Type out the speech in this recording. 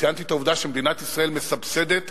ציינתי את העובדה שמדינת ישראל מסבסדת